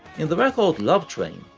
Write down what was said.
in the record love train,